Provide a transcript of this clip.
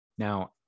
Now